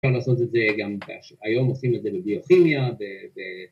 ‫אפשר לעשות את זה גם היום, ‫עושים את זה בביוכימיה ו...